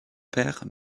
père